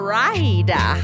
ride